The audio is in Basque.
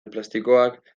plastikoak